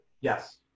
Yes